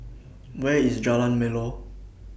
Where IS Jalan Melor